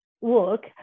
work